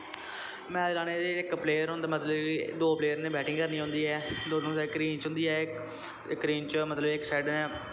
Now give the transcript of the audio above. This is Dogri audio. मैच लाने च इक प्लेयर मतलब कि दो प्लेयर ने बैटिंग करनी होंदी ऐ दोनों साइड क्रीज होंदी ऐ इक क्रीज दा मतलब इक साइडें दा